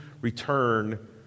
return